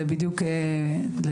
זה בדיוק לטעמי,